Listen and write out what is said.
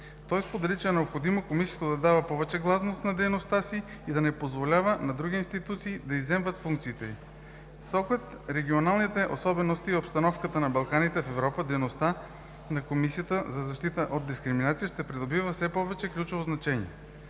Той сподели, че е необходимо Комисията да дава повече гласност на дейността си и да не позволява на други институции да изземват функциите й. С оглед регионалните особености и обстановката на Балканите, в Европа, дейността на Комисията за защита от дискриминация ще придобива все повече ключово значение.